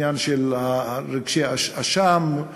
עניין של רגשי אשם,